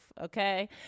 Okay